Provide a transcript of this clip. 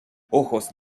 ojos